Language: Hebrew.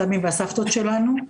הסבים והסבתות שלנו.